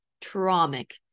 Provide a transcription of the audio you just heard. traumatic